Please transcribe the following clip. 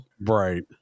Right